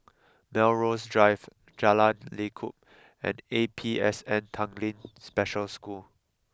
Melrose Drive Jalan Lekub and A P S N Tanglin Special School